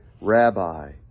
Rabbi